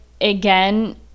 Again